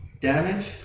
damage